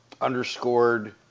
underscored